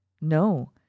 No